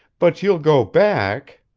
but you'll go back.